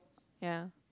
ya